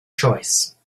choice